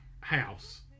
house